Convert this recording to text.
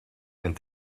and